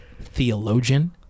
theologian